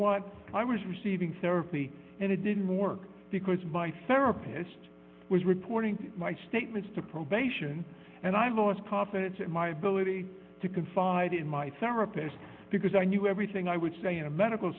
what i was receiving therapy and it didn't work because my therapist was reporting my statements to probation and i lost confidence in my ability to confide in my therapist because i knew everything i would say in a medical